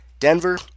Denver